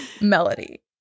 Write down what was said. Melody